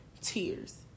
tears